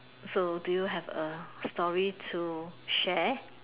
so do you have a story to share